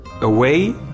away